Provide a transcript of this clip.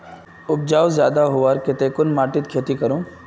उपजाऊ ज्यादा होबार केते कुन माटित खेती करूम?